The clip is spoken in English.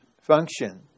function